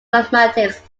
mathematics